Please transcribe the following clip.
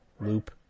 loop